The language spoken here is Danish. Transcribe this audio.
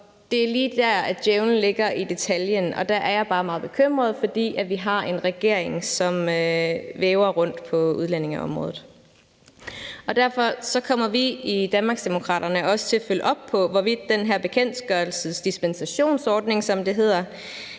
en kattelem. Djævlen ligger i detaljen, og der er jeg bare meget bekymret, fordi vi har en regering, som væver rundt på udlændingeområdet. Derfor kommer vi i Danmarksdemokraterne også til at følge op på, hvorvidt den her bekendtgørelsesdispensationsordning, som det hedder,